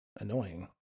annoying